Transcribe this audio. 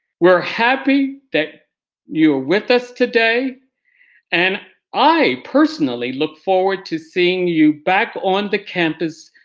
we're happy that you are with us today and i personally look forward to seeing you back on the campus